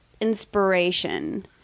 inspiration